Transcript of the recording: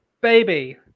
Baby